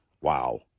wow